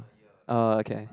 uh okay